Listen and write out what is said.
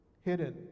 hidden